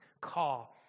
call